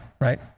right